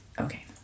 Okay